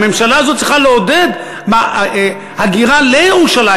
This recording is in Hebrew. הממשלה הזאת צריכה לעודד הגירה לירושלים